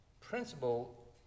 Principle